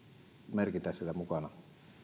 merkintä siellä mukana